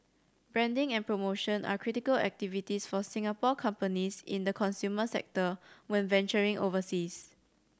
branding and promotion are critical activities for Singapore companies in the consumer sector when venturing overseas